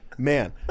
Man